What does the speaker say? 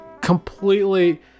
Completely